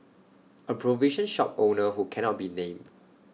A provision shop owner who cannot be named